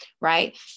right